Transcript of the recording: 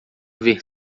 ver